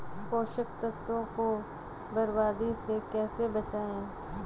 पोषक तत्वों को बर्बादी से कैसे बचाएं?